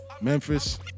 Memphis